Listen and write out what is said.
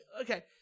okay